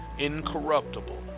incorruptible